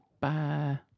Bye